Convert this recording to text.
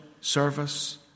service